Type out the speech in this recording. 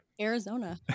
arizona